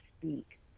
speak